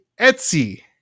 Etsy